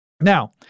Now